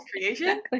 creation